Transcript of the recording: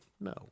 No